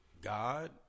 God